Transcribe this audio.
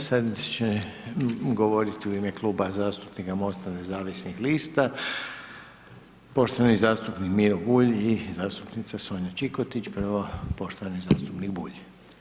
I sad će govoriti u ime kluba zastupnika MOST-a nezavisnih lista poštovani zastupnik Miro Bulj i zastupnica Sonja Čikotić, prvo poštovani zastupnik Bulj.